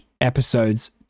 episodes